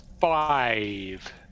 five